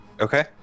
Okay